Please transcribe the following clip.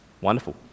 wonderful